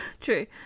True